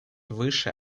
выше